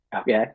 okay